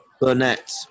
Burnett